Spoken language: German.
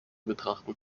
betrachten